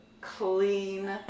clean